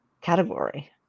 category